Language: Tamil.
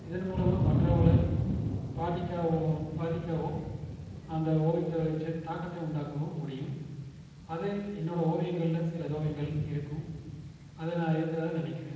இதன் மூலமாக மற்றவர்களை பாதிக்கவோ பாதிக்கவும் அந்த ஓவியத்தை வெச்சு தாக்கத்தை உண்டாக்கவும் முடியும் அது என்னோடய ஓவியங்கள்ல சில ஓவியங்கள் இருக்கும் அதை நான் இருக்கிறதா நினக்கிறேன்